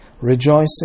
rejoicing